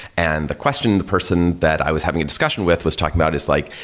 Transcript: and the question the person that i was having a discussion with was talking about is like,